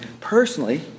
Personally